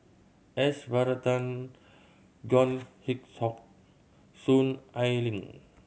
S Varathan John Hitchcock Soon Ai Ling